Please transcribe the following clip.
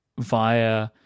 via